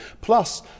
plus